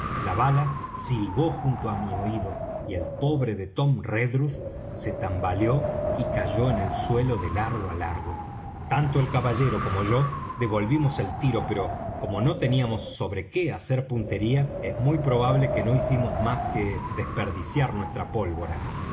la bala silbó junto á mi oído y el pobre de tom redruth se tambaleó y cayó en el suelo de largo á largo tanto el caballero como yo devolvimos el tiro pero como no teníamos sobre qué hacer puntería es muy probable que no hicimos más que desperdiciar nuestra pólvora